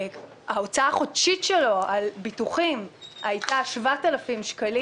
ההוצאה החודשית שלו על ביטוחים הייתה 7,000 שקלים.